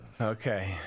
Okay